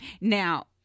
Now